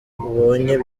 ubonye